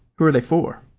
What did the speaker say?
who are they for?